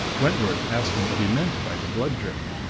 wentworth asked him what he meant by the blood-drip.